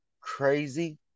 crazy